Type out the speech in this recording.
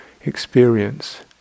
experience